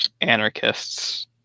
anarchists